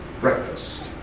breakfast